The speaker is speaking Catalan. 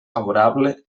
favorable